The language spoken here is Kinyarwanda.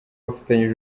bafatanyije